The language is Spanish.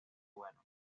buenos